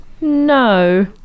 No